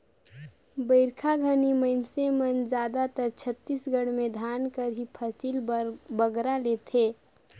बरिखा घनी मइनसे मन जादातर छत्तीसगढ़ में धान कर ही फसिल बगरा लेथें